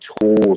tools